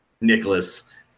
Nicholas